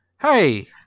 hey